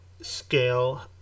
scale